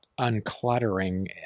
uncluttering